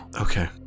Okay